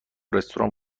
رستوران